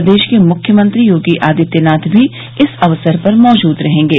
प्रदेश के मुख्यमंत्री योगी आदित्यनाथ भी इस अवसर पर मौजूद रहेंगे